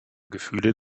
gefühle